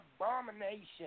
abomination